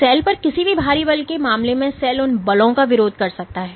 cell पर किसी भी बाहरी बल के मामले में सेल उन बलों का विरोध कर सकता है